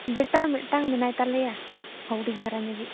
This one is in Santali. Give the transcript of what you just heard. ᱵᱮᱴᱟ ᱢᱮᱫᱴᱟᱝ ᱢᱮᱱᱟᱭ ᱛᱟᱞᱮᱭᱟ ᱦᱩᱰᱤᱧ ᱫᱷᱟᱨᱟ ᱧᱚᱜᱤᱡ